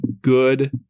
good